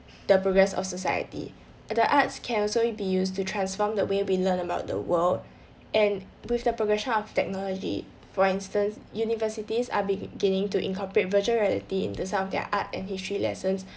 the progress of society the arts can also be used to transform the way we learn about the world and with the progression of technology for instance universities are beginning to incorporate virtual reality into some of their art and history lessons